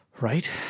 right